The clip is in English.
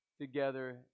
together